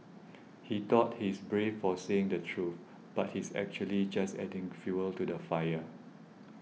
he thought he is brave for saying the truth but he's actually just adding fuel to the fire